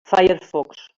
firefox